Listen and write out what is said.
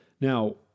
Now